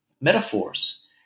metaphors